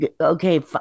okay